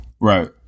Right